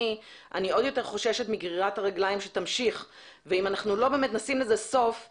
בהכרח אותם קררים יוצאים לאוויר ופוגעים.